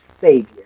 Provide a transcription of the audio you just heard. Savior